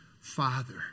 Father